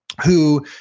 who,